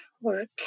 work